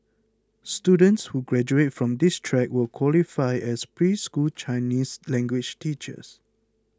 students who graduate from this track will qualify as preschool Chinese language teachers